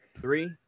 Three